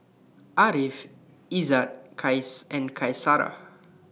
Ariff Izzat Qais and Qaisara